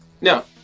No